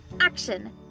Action